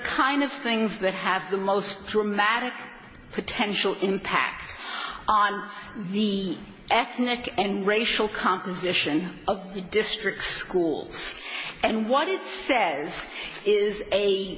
kind of things that have the most dramatic potential impact on the ethnic and racial composition of the district schools and what it says is a